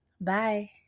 Bye